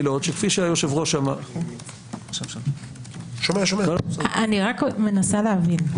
הם עילות שכפי שהיושב-ראש אמר --- אני מנסה להבין,